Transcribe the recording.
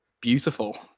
beautiful